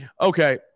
Okay